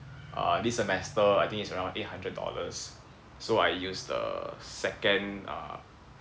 uh this semester I think is around eight hundred dollars so I use the second uh